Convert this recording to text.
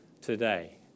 today